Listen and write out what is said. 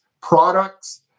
products